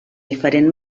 diferent